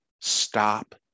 Stop